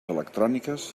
electròniques